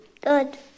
Good